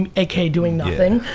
and aka doing nothing,